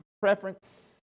preference